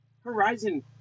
Horizon